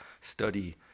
study